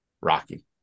Rocky